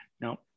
Now